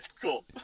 cool